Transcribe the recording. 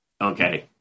okay